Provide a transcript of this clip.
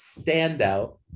standout